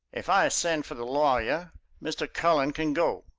if i send for the lawyer mr. cullen can go.